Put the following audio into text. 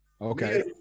Okay